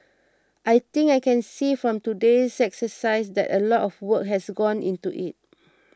I think I can see from today's exercise that a lot of work has gone into it